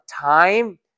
time